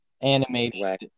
animated